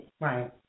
Right